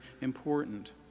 important